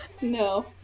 no